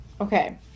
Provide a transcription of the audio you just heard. Okay